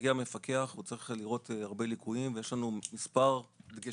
שכמגיע מפקח הוא צריך לראות הרבה ליקויים ויש לנו מספר דגשים